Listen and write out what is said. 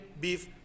beef